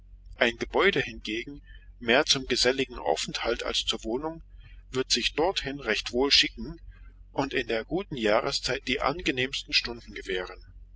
ein gebäude hingegen mehr zum geselligen aufenthalt als zur wohnung wird sich dorthin recht wohl schicken und in der guten jahrszeit die angenehmsten stunden gewähren